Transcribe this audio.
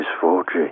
forgery